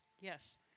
Yes